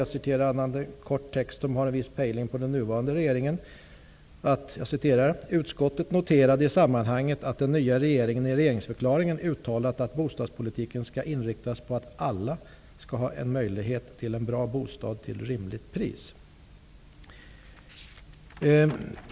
Jag citerar en kort text som har en viss pejling på den nuvarande regeringen: ''Utskottet noterade i sammanhanget att den nya regeringen i regeringsförklaringen uttalat att bostadspolitiken skall inriktas på alla skall ha en möjlighet till en bra bostad till rimligt pris.''